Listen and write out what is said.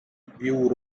view